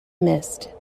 missed